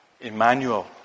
Emmanuel